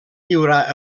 lliurar